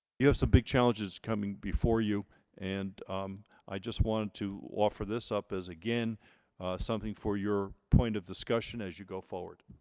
you have some big challenges coming before you and i just wanted to offer this up as again something for your point of discussion as you go forward.